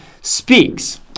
speaks